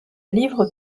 livre